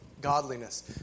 godliness